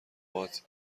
ربات